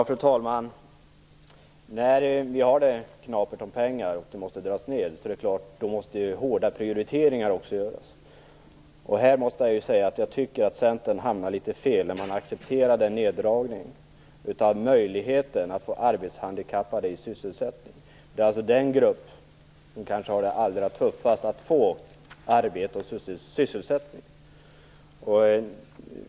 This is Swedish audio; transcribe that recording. Fru talman! När vi har knappt om pengar och måste dra ner är det klart att hårda prioriteringar också måste göras. Här tycker jag att Centern hamnar litet fel när man accepterar en neddragning av möjligheten att få arbetshandikappade i sysselsättning. Det är den grupp som kanske har det allra tuffast att få arbete och sysselsättning.